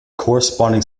corresponding